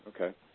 Okay